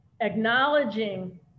acknowledging